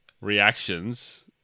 reactions